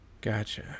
Gotcha